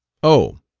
oh!